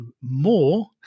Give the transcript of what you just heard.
more